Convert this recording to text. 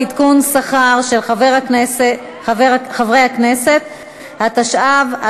יש מפלגה אחת פופוליסטית בכנסת: יש עתיד.